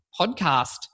podcast